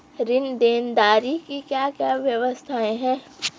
ऋण देनदारी की क्या क्या व्यवस्थाएँ हैं?